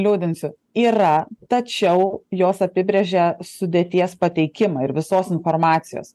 liūdinsiu yra tačiau jos apibrėžia sudėties pateikimą ir visos informacijos